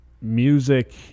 music